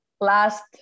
last